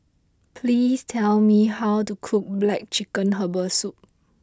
please tell me how to cook Black Chicken Herbal Soup